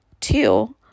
Two